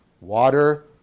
Water